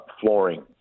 flooring